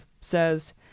says